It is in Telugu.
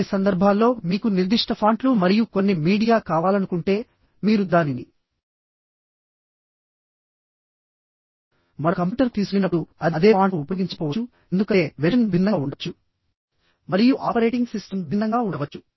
కొన్ని సందర్భాల్లో మీకు నిర్దిష్ట ఫాంట్లు మరియు కొన్ని మీడియా కావాలనుకుంటే మీరు దానిని మరొక కంప్యూటర్కు తీసుకెళ్లినప్పుడు అది అదే ఫాంట్ను ఉపయోగించకపోవచ్చు ఎందుకంటే వెర్షన్ భిన్నంగా ఉండవచ్చు మరియు ఆపరేటింగ్ సిస్టమ్ భిన్నంగా ఉండవచ్చు